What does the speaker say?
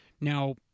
now